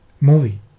movie